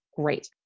great